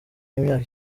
w’imyaka